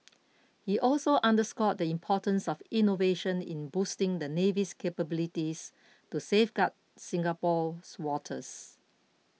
he also underscored the importance of innovation in boosting the navy's capabilities to safeguard Singapore's waters